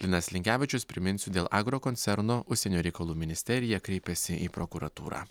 linas linkevičius priminsiu dėl agrokoncerno užsienio reikalų ministerija kreipėsi į prokuratūrą